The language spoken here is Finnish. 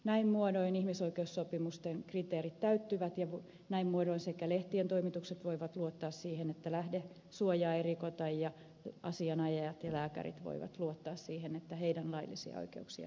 näin muodoin ihmisoikeussopimusten kriteerit täyttyvät ja lehtien toimitukset voivat luottaa siihen että lähdesuojaa ei rikota ja asianajajat ja lääkärit voivat luottaa siihen että heidän laillisia oikeuksiaan ei rikota